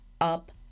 up